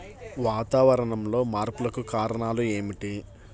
వాతావరణంలో మార్పులకు కారణాలు ఏమిటి?